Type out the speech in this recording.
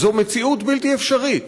זו מציאות בלתי אפשרית.